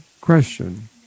question